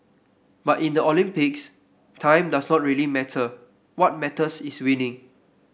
but in the Olympics time does not really matter what matters is winning